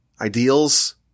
ideals